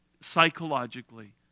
psychologically